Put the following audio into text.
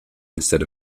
instead